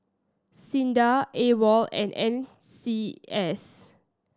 SINDA AWOL and N C S